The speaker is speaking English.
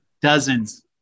Dozens